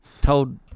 Told